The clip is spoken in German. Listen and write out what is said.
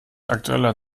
aktueller